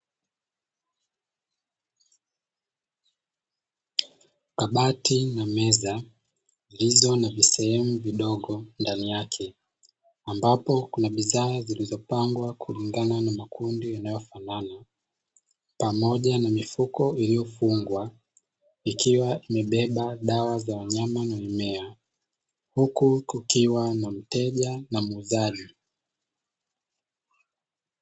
Kabati na meza zilizo na visehemu vidogo ndani yake ambapo kuna bidhaa zilizopangwa kulingana na makundi yanayofanana pamoja na mifuko iliyofungwa ikiwa imebeba dawa za wanyama na mimea huku kukiwa na mteja na muuzaji.